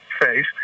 face